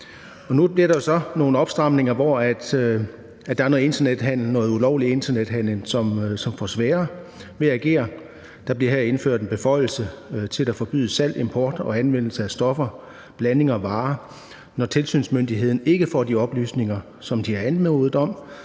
jo så nogle opstramninger, hvor der er noget ulovlig internethandel, som får sværere ved at fungere. Der bliver her indført en beføjelse til, at der forbydes salg, import og anvendelse af stoffer, blandinger og varer, når tilsynsmyndigheden ikke får de oplysninger, som de har anmodet om.